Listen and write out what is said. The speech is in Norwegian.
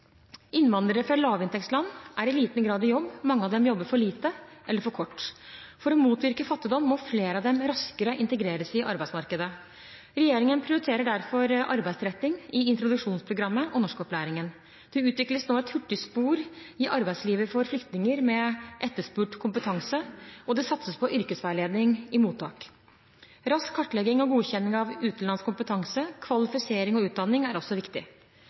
Innvandrere fra lavinntektsland er i liten grad i jobb, mange av dem jobber for lite eller for kort. For å motvirke fattigdom må flere av dem raskere integreres i arbeidsmarkedet. Regjeringen prioriterer derfor arbeidsretting i introduksjonsprogrammet og norskopplæringen. Det utvikles nå et hurtigspor inn i arbeidslivet for flyktninger med etterspurt kompetanse, og det satses på yrkesveiledning i mottak. Rask kartlegging av godkjenning av utenlandsk kompetanse, kvalifisering og utdanning er også viktig.